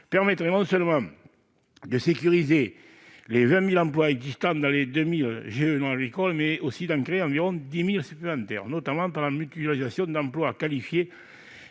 permettrait non seulement de sécuriser les 20 000 emplois existants dans les 2 000 groupements d'employeurs non agricoles, mais aussi de créer environ 10 000 emplois supplémentaires, notamment par la mutualisation d'emplois qualifiés